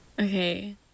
Okay